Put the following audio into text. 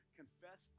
confess